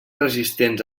resistents